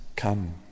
come